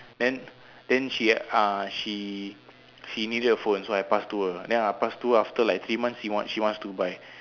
then then she uh she she needed a phone so I pass to her then I pass to her after like three months she want she wants to buy